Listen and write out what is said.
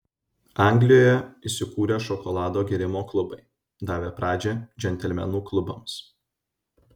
anglijoje įsikūrė šokolado gėrimo klubai davę pradžią džentelmenų klubams